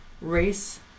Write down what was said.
race